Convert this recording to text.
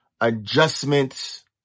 Adjustments